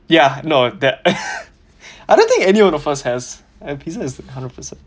ya no that I don't think anyone of us has and is hundred percent